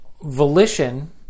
Volition